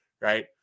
right